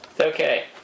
Okay